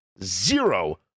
zero